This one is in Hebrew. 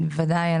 ודאי.